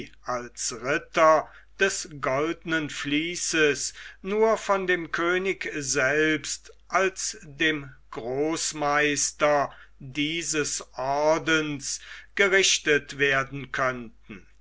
als ritter des goldnen vließes nur von dem könig selbst als dem großmeister dieses ordens gerichtet werden könnten